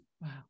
Wow